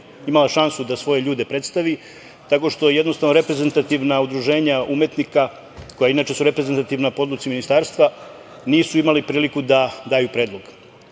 imala šansu da svoje ljude predstavi tako što jednostavno reprezentativna udruženja umetnika, koja su inače reprezentativna po odluci ministarstva, nisu imali priliku da daju predlog. Pokušaću